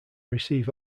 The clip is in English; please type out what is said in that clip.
receive